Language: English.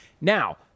Now